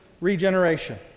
regeneration